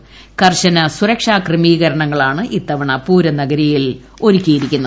പൂര കർശന സുരക്ഷാക്രമീകരണങ്ങളാണ് ഇത്തവണ പൂരനഗരിയിൽ ഒരുക്കിയിരിക്കുന്നത്